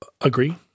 agree